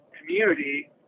community